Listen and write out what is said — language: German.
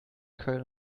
köln